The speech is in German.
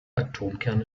atomkerne